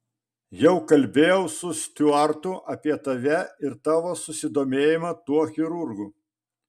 jau kalbėjau su stiuartu apie tave ir tavo susidomėjimą tuo chirurgu